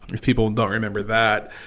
if people don't remember that.